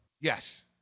Yes